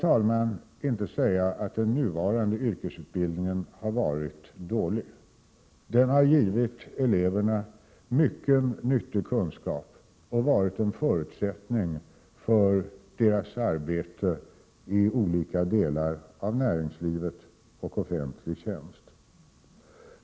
Jag vill inte säga att den nuvarande yrkesutbildningen har varit dålig. Den har givit eleverna mycken nyttig kunskap och har utgjort en förutsättning för deras arbete i olika delar av näringsliv och offentlig tjänst.